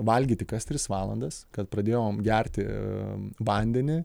valgyti kas tris valandas kad pradėjom gerti vandenį